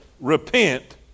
repent